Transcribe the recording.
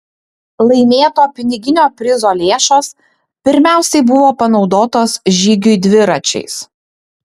laimėto piniginio prizo lėšos pirmiausiai buvo panaudotos žygiui dviračiais